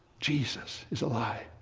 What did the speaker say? jesus is alive.